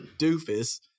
doofus